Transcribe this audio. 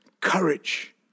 courage